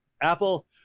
apple